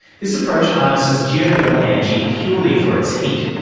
this approach harnesses geothermal energy purely for its heat.